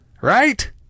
Right